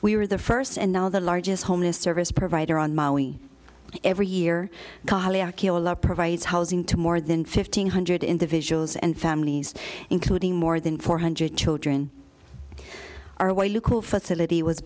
we were the first and now the largest homeless service provider on mali every year cali archelaus provides housing to more than fifteen hundred individuals and families including more than four hundred children are why you cool facility was